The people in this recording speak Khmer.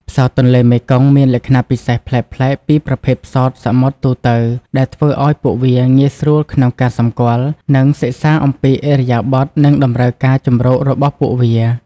ផ្សោតទន្លេមេគង្គមានលក្ខណៈពិសេសប្លែកៗពីប្រភេទផ្សោតសមុទ្រទូទៅ ដែលធ្វើឱ្យពួកវាងាយស្រួលក្នុងការសម្គាល់ និងសិក្សាអំពីឥរិយាបថ និងតម្រូវការជម្រករបស់ពួកវា។